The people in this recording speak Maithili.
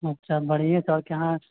अच्छा बढ़िए छह की हँ